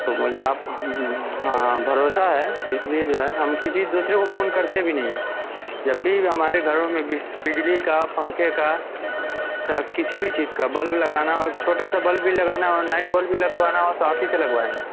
تو مجھے آپ ہاں ہاں بھروسہ ہے اس لیے جو ہے ہم کسی دوسرے کو فون کرتے بھی نہیں ہیں جب بھی ہمارے گھروں میں بج بجلی کا پنکھے کا چاہے کسی بھی چیز کا بلب لگانا ہو چھوٹا سا بلب بھی لگانا ہو نائٹ بلب بھی لگوانا ہو تو آپ ہی سے لگوائیں گے